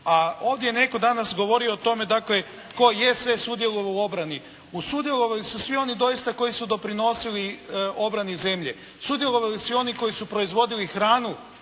A ovdje je netko danas govorio o tome dakle tko je sve sudjelovao u obrani. Sudjelovali su svi oni doista koji su doprinosili obrani zemlje. Sudjelovali su i oni koji su proizvodili hranu